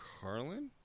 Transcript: Carlin